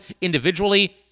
individually